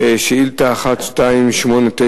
שאילתא 1289,